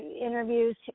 interviews